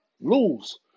lose